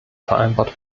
vereinbart